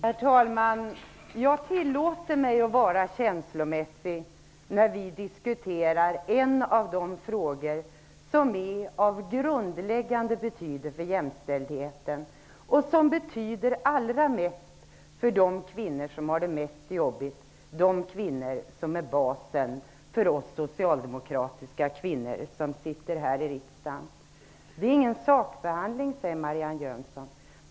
Herr talman! Jag tillåter mig att vara känslomässig när vi diskuterar en av de frågor som är av grundläggande betydelse för jämställdheten och som betyder allra mest för de kvinnor som har det mest jobbigt, de kvinnor som utgör basen för oss socialdemokratiska kvinnor här i riksdagen. Detta är ingen sakbehandling, säger Marianne Jönsson.